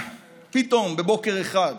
פתאום, בבוקר אחד,